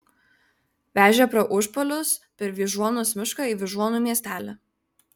vežė pro užpalius per vyžuonos mišką į vyžuonų miestelį